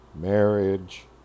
marriage